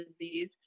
disease